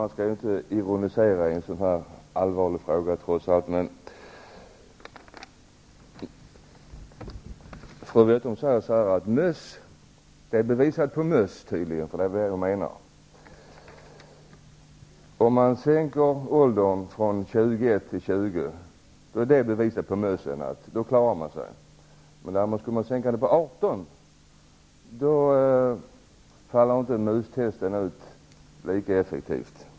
Man skall ju inte ironisera i en så här allvarlig fråga, men det är tydligen bevisat på möss -- det är det fru Westerholm menar -- att om vi sänker åldern från 21 år till 20 år så klarar man sig, men sänker vi åldern till 18 år utfaller det enligt mustesten inte lika positivt.